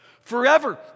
forever